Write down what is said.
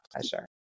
pleasure